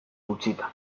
utzita